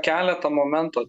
keletą momentų